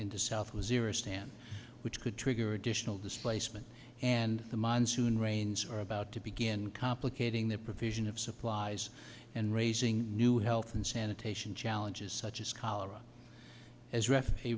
in the south waziristan which could trigger additional displacement and the monsoon rains are about to begin complicating the provision of supplies and raising new health and sanitation challenges such as cholera as re